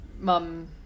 mum